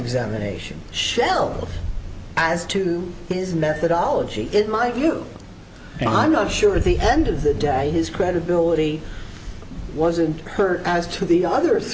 examination shell as to his methodology it might you know i'm not sure at the end of the day his credibility wasn't hurt as to the other